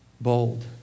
Bold